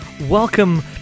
Welcome